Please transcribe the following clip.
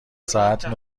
ساعت